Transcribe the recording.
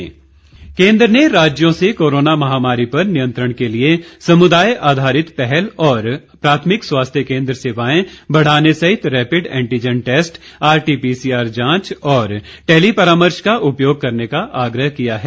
दिशा निर्देश केन्द्र ने राज्यों से कोरोना महामारी पर नियंत्रण के लिए समुदाय आधारित पहल और प्राथमिक स्वास्थ्य केन्द्र सेवाएं बढ़ाने सहित रैपिड एंटीजन टेस्ट आरटीपीसीआर जांच और टेली परामर्श का उपयोग करने का आग्रह किया है